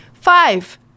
Five